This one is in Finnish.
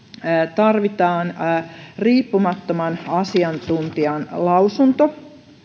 tarvitaan riippumattoman asiantuntijan lausunto